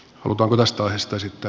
pluton vastaista sitä